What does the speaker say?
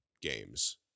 games